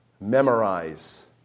memorize